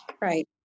Right